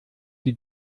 sie